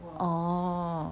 oh